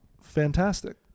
fantastic